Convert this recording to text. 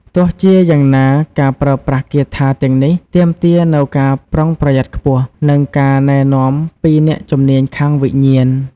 ទោះជាយ៉ាងណា ការប្រើប្រាស់គាថាទាំងនេះទាមទារនូវការប្រុងប្រយ័ត្នខ្ពស់ និងការណែនាំពីអ្នកជំនាញខាងវិញ្ញាណ។